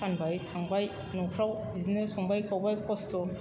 फानबाय थांबाय न'फ्राव बिदिनो संबाय खावबाय खस्थ'